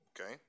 okay